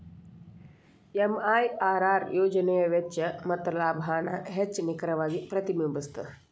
MIRR ಯೋಜನೆಯ ವೆಚ್ಚ ಮತ್ತ ಲಾಭಾನ ಹೆಚ್ಚ್ ನಿಖರವಾಗಿ ಪ್ರತಿಬಿಂಬಸ್ತ